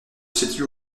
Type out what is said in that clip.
situe